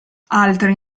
altri